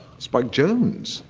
spike jonze!